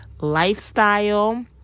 lifestyle